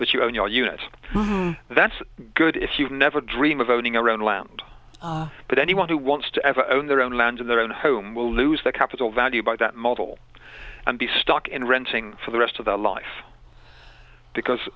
but you own your unit that's good if you never dream of owning your own land but anyone who wants to ever own their own land in their own home will lose the capital value by that model and be stuck in renting for the rest of the life because